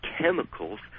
chemicals